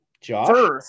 Josh